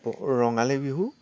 Rongali Bihu